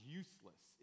useless